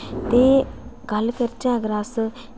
ते गल्ल करचै अगर अस